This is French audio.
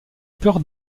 peur